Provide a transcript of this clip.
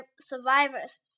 survivors